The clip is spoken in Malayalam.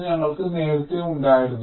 ഇത് ഞങ്ങൾക്ക് നേരത്തെ ഉണ്ടായിരുന്നു